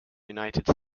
united